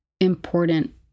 important